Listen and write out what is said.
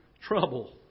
trouble